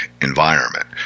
environment